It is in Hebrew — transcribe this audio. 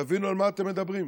תבינו על מה אתם מדברים.